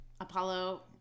apollo